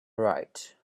right